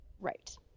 Right